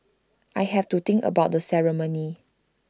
I have to think about the ceremony